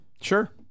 Sure